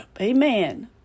Amen